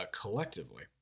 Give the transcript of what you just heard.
collectively